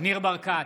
ניר ברקת,